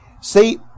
See